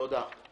תודה.